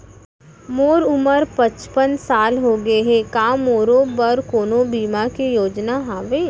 मोर उमर पचपन साल होगे हे, का मोरो बर कोनो बीमा के योजना हावे?